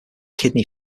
kidney